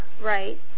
right